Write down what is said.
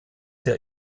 der